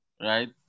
right